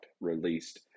released